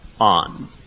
on